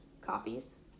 copies